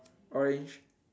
orange